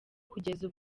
kugeza